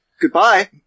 Goodbye